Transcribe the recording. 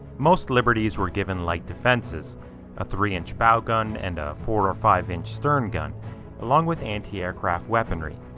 most liberties were given like defenses a three inch bow gun and a four or five inch stern gun along with anti-aircraft weaponry.